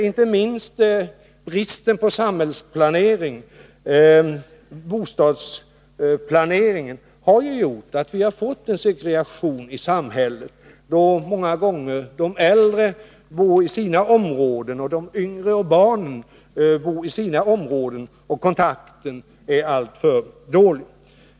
Inte minst bristen på samhällsplanering och bostadsplanering har gjort att vi fått en segregation i samhället, där det många gånger är så att de äldre bor i sina områden, de yngre och barnen i sina, och kontakten är alltför dålig.